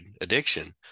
addiction